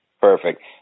Perfect